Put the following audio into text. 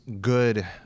good